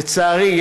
לצערי,